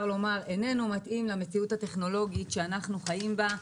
איננו מתאים למציאות הטכנולוגית שאנחנו חיים בה,